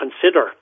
consider